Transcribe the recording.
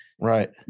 Right